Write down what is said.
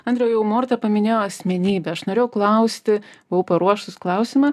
andriau jau morta paminėjo asmenybę aš norėjau klausti buvau paruoštus klausimą